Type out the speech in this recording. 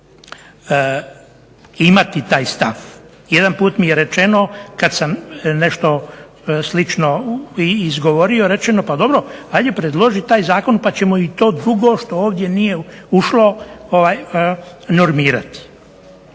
imati taj stav. Jedanput mi je rečeno kad sam nešto slično izgovorio, rečeno pa dobro ajde predloži taj zakon pa ćemo i to drugo što ovdje nije ušlo normirati.